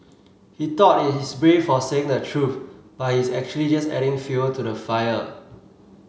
he thought he's brave for saying the truth but he's actually just adding fuel to the fire